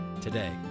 today